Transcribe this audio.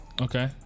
Okay